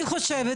אני חושבת